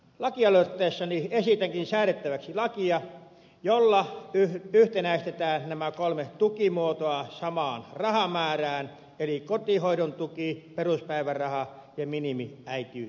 lakialoitteessani esitänkin säädettäväksi lakia jolla yhtenäistetään nämä kolme tukimuotoa samaan rahamäärään eli kotihoidon tuki peruspäiväraha ja minimiäitiyspäiväraha